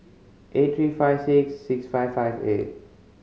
eight three five six six five five eight